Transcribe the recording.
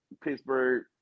Pittsburgh